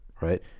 right